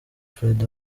fred